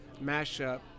mashup